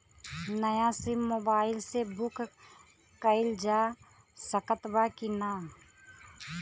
नया SIM mobile से book कइलजा सकत ह कि ना?